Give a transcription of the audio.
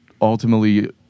ultimately